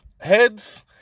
Heads